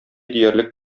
диярлек